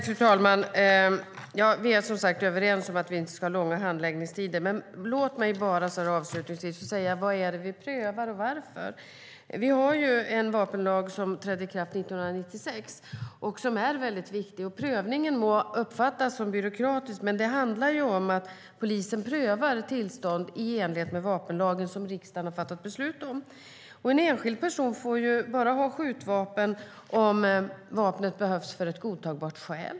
Fru talman! Vi är, som sagt, överens om att vi inte ska ha långa handläggningstider. Men låt mig bara avslutningsvis säga vad det är vi prövar och varför. Vi har en vapenlag som trädde i kraft 1996 och är mycket viktig. Prövningen må uppfattas som byråkratisk. Men det handlar om att polisen prövar tillstånd i enhetlighet med den vapenlag som riksdagen har fattat beslut om. En enskild person får ha skjutvapen bara om vapnet behövs av ett godtagbart skäl.